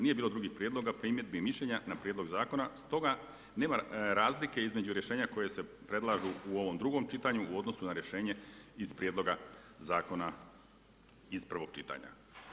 Nije bilo drugih prijedloga, primjedbi i mišljenja na prijedlog zakona, stoga nema razlike između rješenja koja se predlažu u ovom drugom čitanju u odnosu na rješenje iz prijedloga zakona iz prvog čitanja.